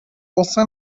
غصه